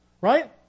Right